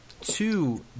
two